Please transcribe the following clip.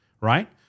Right